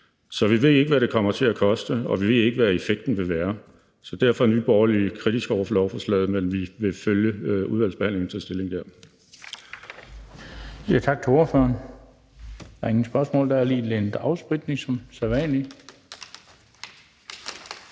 Så vi ved ikke, hvad det kommer til at koste, og vi ved ikke, hvad effekten vil være. Derfor er Nye Borgerlige kritiske over for lovforslaget, men vi vil følge udvalgsbehandlingen og tage stilling der. Kl. 16:58 Den fg. formand (Bent Bøgsted): Vi siger tak til ordføreren.